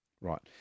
Right